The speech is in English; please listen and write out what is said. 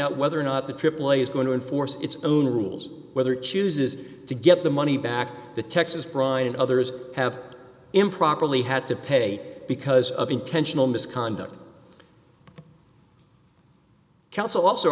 out whether or not the aaa is going to enforce its own rules whether it chooses to get the money back the texas brine and others have improperly had to pay because of intentional misconduct counsel also